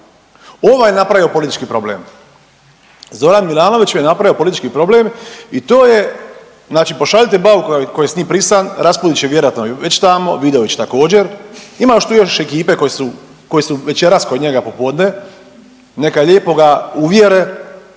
Ovaj je napravio politički problem. Zoran Milanović je napravio politički problem i to je, znači pošaljite Bauka koji je s njim prisan, Raspudić je vjerojatno već tamo, Vidović također, ima još tu ekipe koje su, koje su večeras kod njega popodne. Neka lijepo ga uvjere